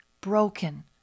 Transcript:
broken